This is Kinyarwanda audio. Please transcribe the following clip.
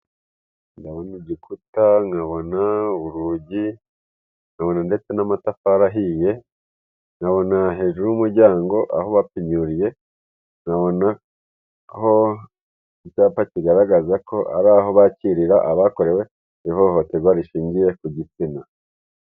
Ndabona igikuta, nkabona urugi nkabona ndetse n'amatafari ahiye ,nkabona hejuru y'umuryango aho bapimuriye nkabona aho icyapa kigaragaza ko ari aho bakirira abakorewe ihohoterwa rishingiye ku gitsina.